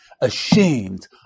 ashamed